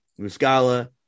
Muscala